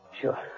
Sure